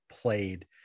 played